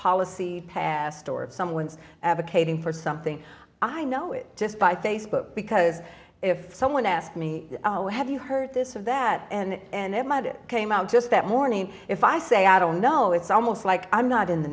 policy passed or if someone's advocating for something i know it just by facebook because if someone asked me have you heard this of that and it might it came out just that morning if i say i don't know it's almost like i'm not in the